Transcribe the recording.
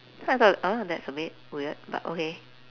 so I thought uh that's a bit weird but okay